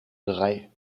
drei